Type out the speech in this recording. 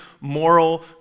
moral